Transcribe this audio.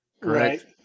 Correct